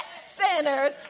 sinners